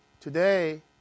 today